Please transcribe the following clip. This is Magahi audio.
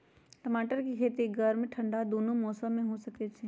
टमाटर के खेती गर्म ठंडा दूनो मौसम में हो सकै छइ